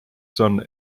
sun